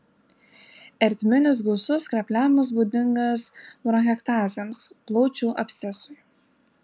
ertminis gausus skrepliavimas būdingas bronchektazėms plaučių abscesui